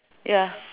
ya